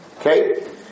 okay